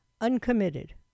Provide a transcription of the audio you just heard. uncommitted